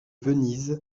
venise